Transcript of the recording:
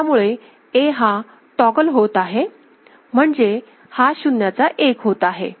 त्यामुळे Aहा टॉगल होत आहे म्हणजे हा शून्याचा एक होत आहे